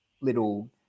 little